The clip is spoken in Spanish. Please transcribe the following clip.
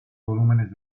volúmenes